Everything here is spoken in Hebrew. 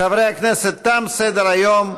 חברי הכנסת, תם סדר-היום.